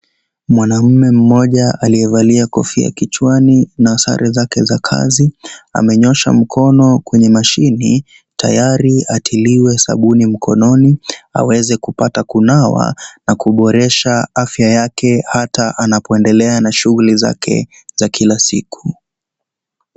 Mwanaume mmoja aliyevalia kofia kichwani na sare zake za kazi amenyoosha mkono kwenye mashini tayari atiliwe sabuni mkononi, aweze kupata kunawa na kuboresha afya yake hata anapoendelea na shughuli zake za kila siku.